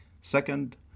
Second